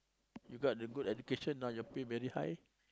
you got into good education now your pay very high